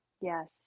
Yes